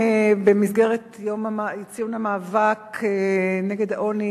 במסגרת היום לציון המאבק נגד העוני